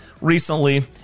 recently